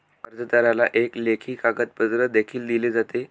कर्जदाराला एक लेखी कागदपत्र देखील दिले जाते